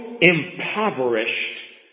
impoverished